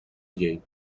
llei